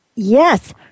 Yes